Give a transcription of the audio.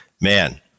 man